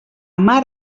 mar